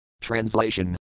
Translation